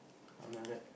I'm like that